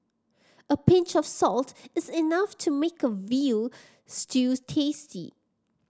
a pinch of salt is enough to make a veal stew tasty